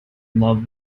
love